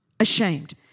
ashamed